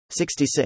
66